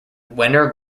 wenner